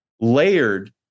layered